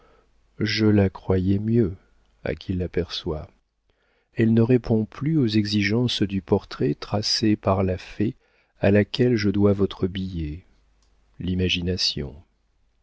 je la croyais mieux à qui l'aperçoit elle ne répond plus aux exigences du portrait tracé par la fée à laquelle je dois votre billet